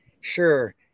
sure